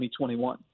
2021